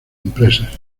empresas